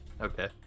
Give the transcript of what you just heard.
Okay